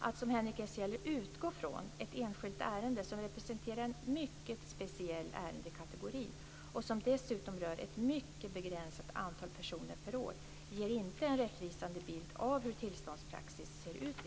Att som Henrik S Järrel utgå från ett enskilt ärende som representerar en mycket speciell ärendekategori, och som dessutom rör ett mycket begränsat antal personer per år, ger inte en rättvisande bild av hur tillståndspraxis ser ut i